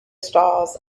stalls